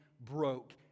broke